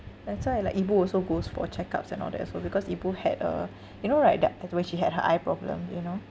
that's why like ibu also goes for checkups and all that also because ibu had uh you know right the when she had her eye problem you know